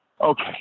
Okay